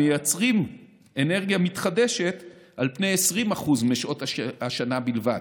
המייצרים אנרגיה מתחדשת על פני 20% משעות השנה בלבד.